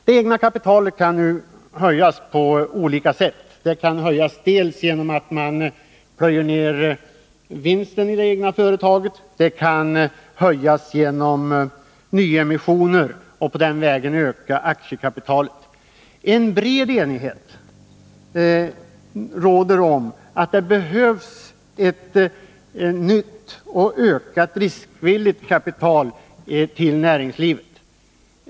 Det egna kapitalet kan höjas på olika sätt. Det kant.ex. höjas genom att man plöjer ned vinsten i det egna företaget. Det kan också höjas genom nyemissioner. På den vägen ökar man aktiekapitalet. En bred enighet råder om att det behövs nytt riskvilligt kapital till näringslivet.